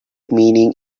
meaning